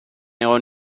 egon